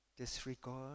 disregard